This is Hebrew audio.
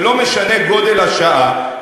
ולא משנה גודל השעה,